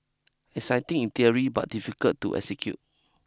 exciting in theory but difficult to execute